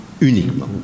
uniquement